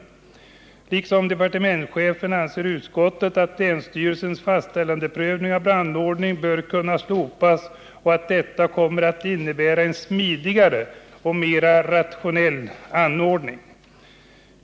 Liksom departementschefen anser utskottet att länsstyrelsens fastställelseprövning av brandordning bör kunna slopas och att detta kommer att innebära en smidigare och mera rationell ordning.